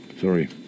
sorry